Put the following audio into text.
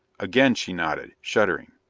again she nodded, shuddering.